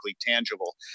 tangible